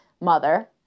mother